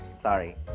sorry